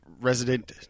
resident